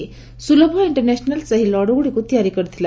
ସ୍କଲଭ international ସେହି ଲଡୁଗୁଡ଼ିକୁ ତିଆରି କରିଥିଲା